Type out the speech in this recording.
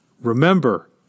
Remember